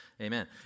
amen